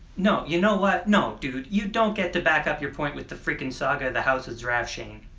no, you know what? no, dude. you don't get to back up your point with the frickin' saga of the house of zravshen.